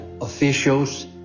officials